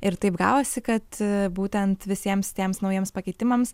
ir taip gavosi kad būtent visiems tiems naujiems pakeitimams